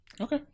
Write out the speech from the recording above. okay